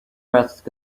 fastest